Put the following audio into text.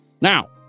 Now